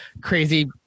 crazy